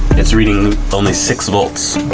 it's reading only six volts.